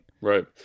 Right